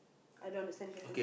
I don't understand the question